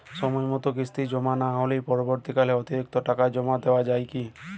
সময় মতো কিস্তি জমা না হলে পরবর্তীকালে অতিরিক্ত টাকা জমা দেওয়া য়ায় কি?